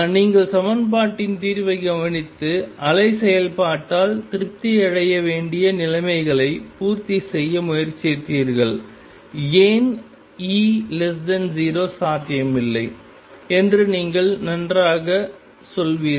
நீங்கள் சமன்பாட்டின் தீர்வைக் கவனித்து அலை செயல்பாட்டால் திருப்தி அடைய வேண்டிய நிலைமைகளை பூர்த்தி செய்ய முயற்சித்தீர்கள் ஏன் E0 சாத்தியமில்லை என்று நீங்கள் நன்றாகச் சொல்வீர்கள்